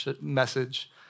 message